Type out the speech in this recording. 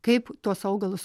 kaip tuos augalus